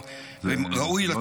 וראוי לתת את הכבוד.